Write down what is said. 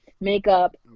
makeup